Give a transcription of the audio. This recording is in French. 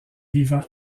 vivant